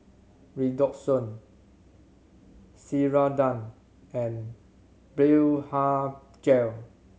Redoxon Ceradan and Blephagel